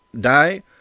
die